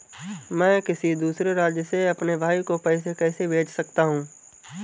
मैं किसी दूसरे राज्य से अपने भाई को पैसे कैसे भेज सकता हूं?